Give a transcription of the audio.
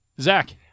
Zach